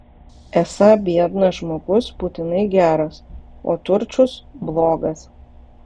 esą biednas žmogus būtinai geras o turčius blogas